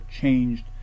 changed